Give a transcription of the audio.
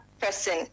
person